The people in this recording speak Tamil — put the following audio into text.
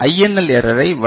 எல் எரரை வழங்கும்